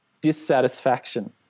dissatisfaction